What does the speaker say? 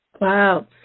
Wow